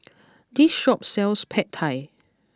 this shop sells Pad Thai